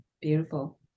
Beautiful